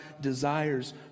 desires